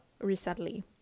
recently